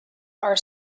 are